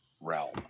realm